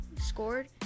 scored